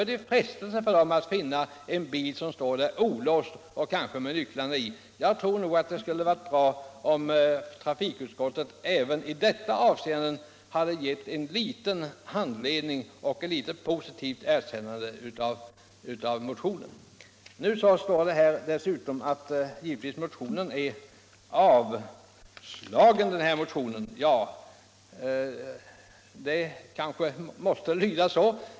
Det hade varit bra om trafikutskottet även i detta avseende hade givit en liten handledning och ett positivt erkännande åt motionen. Nu står det att motionen avstyrks. Det kanske måste lyda så.